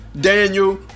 Daniel